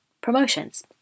promotions